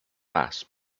mass